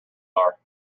are